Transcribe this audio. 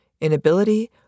inability